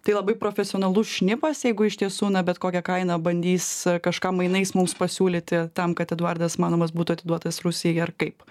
tai labai profesionalus šnipas jeigu iš tiesų na bet kokia kaina bandys kažką mainais mums pasiūlyti tam kad eduardas manovas būtų atiduotas rusijai ar kaip